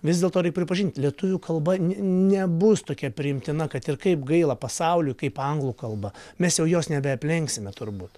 vis dėlto reik pripažint lietuvių kalba ne nebus tokia priimtina kad ir kaip gaila pasauliui kaip anglų kalba mes jau jos nebeaplenksime turbūt